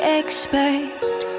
expect